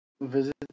Visit